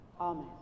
Amen